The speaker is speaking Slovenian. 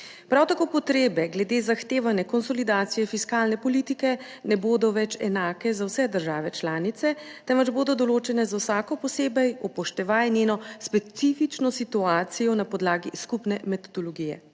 Prav tako potrebe glede zahtevane konsolidacije fiskalne politike ne bodo več enake za vse države članice, temveč bodo določene za vsako posebej, upoštevaje njeno specifično situacijo, na podlagi skupne metodologije.